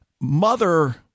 mother